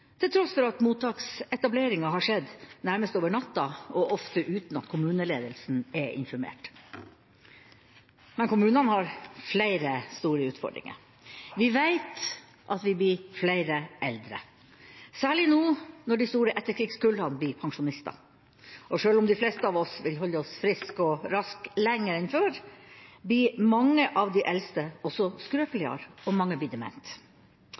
til tross for at mottaksetableringa har skjedd nærmest over natta og ofte uten at kommuneledelsen er informert. Men kommunene har flere store utfordringer. Vi vet at det blir flere eldre, særlig nå når de store etterkrigskullene blir pensjonister, og selv om de fleste av oss vil holde oss friske og raske lenger enn før, blir mange av de eldste også skrøpeligere, og mange blir